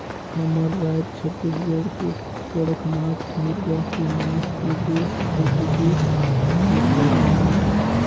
हमर रायज छत्तीसगढ़ के कड़कनाथ मुरगा के मांस के देस अउ बिदेस में ढेरे मांग हे